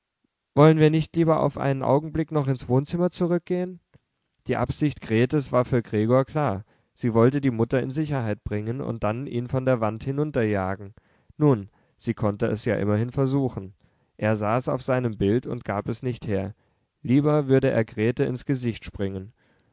wollen wir nicht lieber auf einen augenblick noch ins wohnzimmer zurückgehen die absicht gretes war für gregor klar sie wollte die mutter in sicherheit bringen und dann ihn von der wand hinunterjagen nun sie konnte es ja immerhin versuchen er saß auf seinem bild und gab es nicht her lieber würde er grete ins gesicht springen